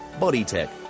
BodyTech